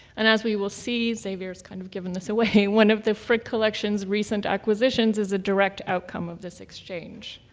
and as we will see, xavier's kind of given this away, one of the frick collection's recent acquisitions is a direct outcome of this exchange.